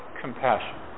compassion